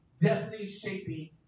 destiny-shaping